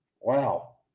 Wow